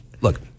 look